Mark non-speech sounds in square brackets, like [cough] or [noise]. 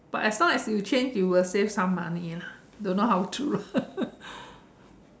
but as long as you change you will save some money lah don't know how true lah [laughs]